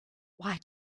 why